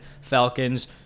Falcons